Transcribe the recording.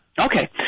Okay